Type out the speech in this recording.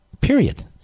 Period